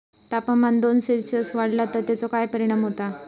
तापमान दोन सेल्सिअस वाढला तर तेचो काय परिणाम होता?